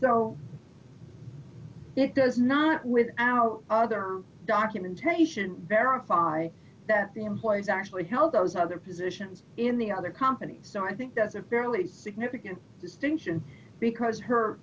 so it does not without other documentation verify that the employees actually held those other positions in the other companies so i think does a fairly significant distinction because her